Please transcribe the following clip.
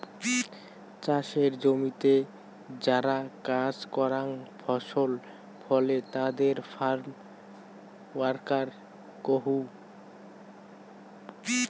চাসের জমিতে যারা কাজ করাং ফসল ফলে তাদের ফার্ম ওয়ার্কার কুহ